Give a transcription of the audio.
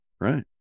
Right